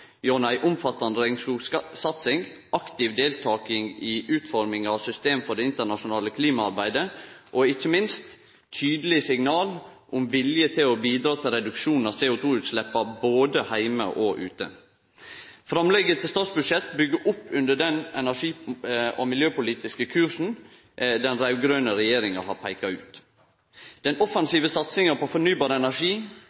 gjennom ei omfattande regnskogsatsing, ei aktiv deltaking i utforminga av system for det internasjonale klimaarbeidet og ikkje minst tydelege signal om vilje til å bidra til ein reduksjon av CO2-utsleppa, både heime og ute. Framlegget til statsbudsjett byggjer opp under den energi- og miljøpolitiske kursen den raud-grøne regjeringa har peika ut. Den